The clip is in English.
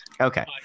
Okay